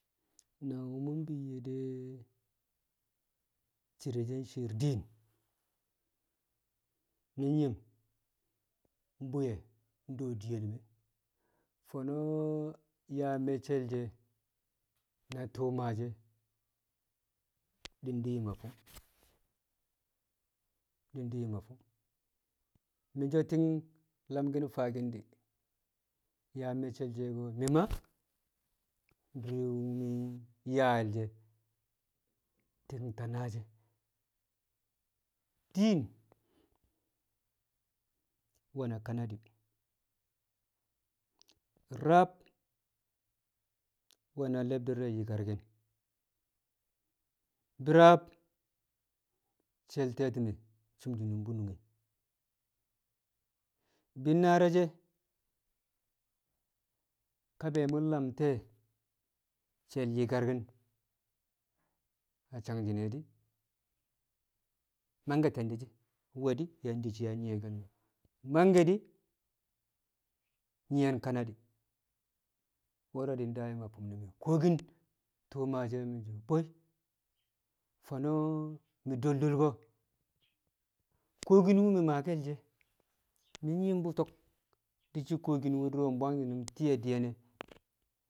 Nangwṵ mi̱ biyye de̱ cire̱ she̱ shi̱i̱r di̱i̱n, mi̱ nyim bwiye ndewo di̱ye̱l me̱, fo̱no̱ yaa me̱cce̱ le̱ she̱ na tuu maashi̱ e̱ di̱ yum a fim e̱ di̱ yum a fim. Me so ti̱ng lamki̱n faaki̱n di̱, yaa meccel le̱ she̱ a dure mi̱ yaa̱l she̱, ti̱ng ta naal she̱. Diin nwe̱na Kanadi̱, rab nwena le̱bdi̱r re̱ nyi̱karkin, bi̱raab shel ti̱me̱ sum shi̱nṵm nunge, bi̱nnaar re she ka be̱ mu lam nte̱e̱ she̱l nyi̱karkin a sang shi̱ de̱ di̱ mangke te̱ndi̱ shi̱ nwe di̱ yang de yang nyi̱ye̱ke̱l mo̱, mangke̱ di̱ nyi̱ye̱n Kanadi, wo̱ro̱ de̱ daa yṵm a fi̱m ne̱ me̱, kuwokin tu̱u̱ maashi̱ e̱ mu̱ so̱ bwo̱ị. Fo̱no̱ mi̱ dol dol ko? kuwokin wṵ mi̱ maake̱l she̱, mi̱ nyim to̱k di̱ shi̱ kuwokin dṵro̱ bwang nyi̱nṵm ti̱ye̱ nyine diyen ne̱